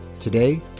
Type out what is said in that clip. Today